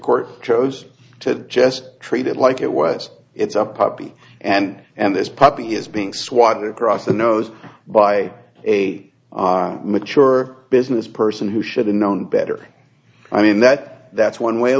court chose to just treat it like it was it's a puppy and and this puppy is being swatted across the nose by a mature business person who should have known better i mean that that's one way of